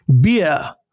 beer